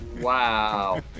Wow